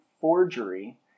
forgery